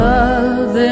Love